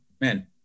man